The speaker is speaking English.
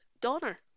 Donner